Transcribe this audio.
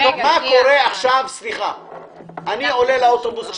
מה קורה כאשר אני עולה לאוטובוס,